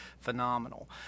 phenomenal